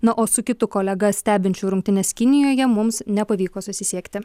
na o su kitu kolega stebinčiu rungtynes kinijoje mums nepavyko susisiekti